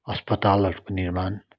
अस्पतालहरूको निर्माण